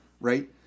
Right